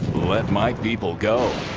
let my people go.